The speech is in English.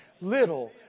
little